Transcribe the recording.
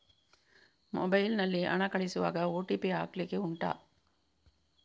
mobile ನಲ್ಲಿ ಹಣ ಕಳಿಸುವಾಗ ಓ.ಟಿ.ಪಿ ಹಾಕ್ಲಿಕ್ಕೆ ಉಂಟಾ